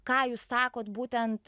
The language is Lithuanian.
ką jūs sakot būtent